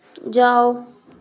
जाओ